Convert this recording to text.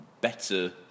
better